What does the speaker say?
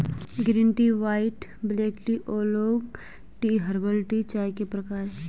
green tea white black tea oolong tea herbal tea चाय के प्रकार है